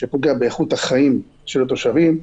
שפוגע באיכות החיים של התושבים.